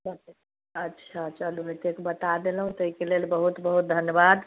अच्छा चलू एतेक बता देलहुँ ताहिके लेल बहुत बहुत धन्यवाद